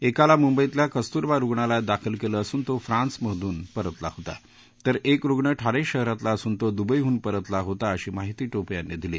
एकाला मुंबईतल्या कस्तुरबा रुग्णालयात दाखल केलं असून तो फ्रान्सहून परतला होता तर एक रुग्ण ठाणे शहरातला असून तो दुबईडून परतला होता अशी माहिती टोपे यांनी दिली